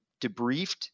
debriefed